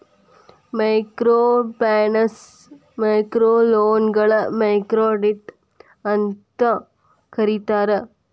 microfinance ಮೈಕ್ರೋಲೋನ್ಗಳ microcredit ಅಂತೂ ಕರೇತಾರ